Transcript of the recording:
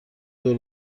دور